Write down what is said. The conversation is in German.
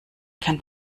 kann